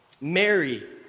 Mary